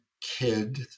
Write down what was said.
kid